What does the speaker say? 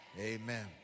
Amen